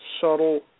subtle